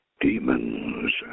demons